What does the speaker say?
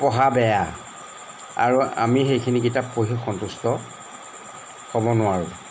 পঢ়া বেয়া আৰু আমি সেইখিনি কিতাপ পঢ়ি সন্তুষ্ট হ'ব নোৱাৰোঁ